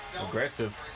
Aggressive